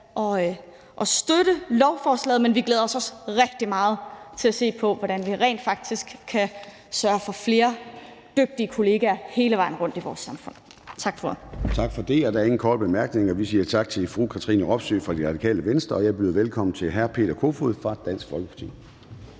at støtte lovforslaget, men vi glæder os også rigtig meget til at se på, hvordan vi rent faktisk kan sørge for flere dygtige kollegaer hele vejen rundt i vores samfund. Tak for ordet. Kl. 13:28 Formanden (Søren Gade): Tak for det. Der er ingen korte bemærkninger. Vi siger tak til Katrine Robsøe fra Radikale Venstre, og jeg byder velkommen til hr. Peter Kofod fra Dansk Folkeparti.